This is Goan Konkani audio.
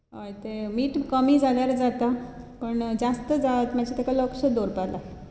हय तें मीठ कमी जाल्यार जाता पण जास्त जायत मातशें ताका लक्ष दवरपाक लाय